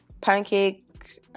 Pancakes